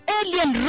alien